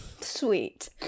sweet